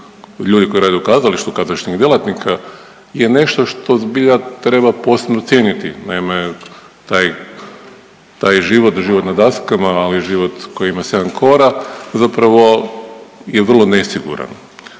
ljudi koji rade u kazalištu, kazališnih djelatnika je nešto što zbilja treba posebno cijeniti. Naime, taj život, život na daskama, ali život koji ima 7 kora zapravo je vrlo nesiguran.